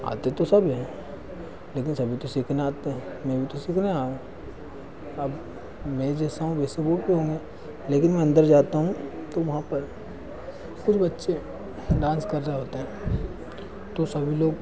आते तो सभी है लेकिन सभी तो सीखने आते हैं मैं भी तो सीखने आया हूँ अब में जैसा हूँ वैसे वो भी होंगे लेकिन मैं अंदर जाता हूँ तो वहाँ पर फिर बच्चे डांस कर रहे होते हैं तो सभी लोग